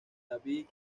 david